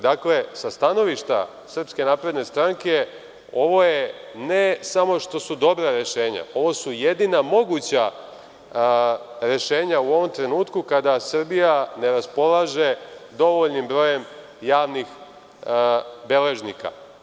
Dakle, sa stanovišta SNS ovo ne samo što su dobra rešenja, ovo su jedina moguća rešenja u ovom trenutku kada Srbija ne raspolaže dovoljnim brojem javnih beležnika.